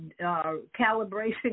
calibration